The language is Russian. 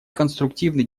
конструктивный